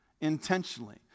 intentionally